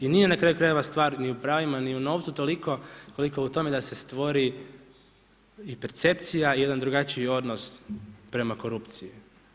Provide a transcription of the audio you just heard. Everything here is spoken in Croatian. I nije na kraju krajeva stvar ni u pravima ni u novcu toliko koliko u tome da se stvori i percepcija i jedan drugačiji odnos prema korupciji.